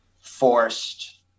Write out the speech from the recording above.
forced